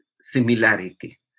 similarity